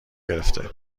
گرفته